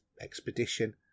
expedition